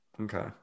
Okay